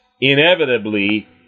inevitably